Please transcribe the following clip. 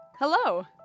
Hello